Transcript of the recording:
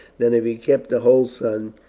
than if he kept the whole sum,